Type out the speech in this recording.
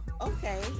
okay